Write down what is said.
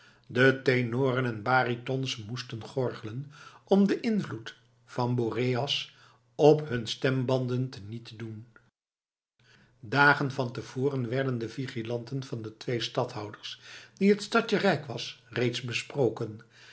de tenoren en baritons moesten gorgelen om den invloed van boreas op hun stembanden te niet te doen dagen van te voren werden de vigilanten van de twee stalhouders die t stadje rijk was reeds besproken